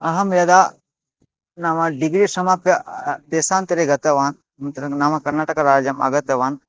अहं यदा नाम डिग्री समाप्यदेशान्तरे गतवान् अनन्तरम् नाम कर्नाटकराज्यम् आगतवान्